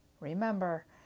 Remember